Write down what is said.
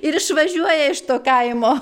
ir išvažiuoja iš to kaimo